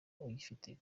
uyifite